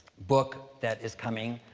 book that is coming,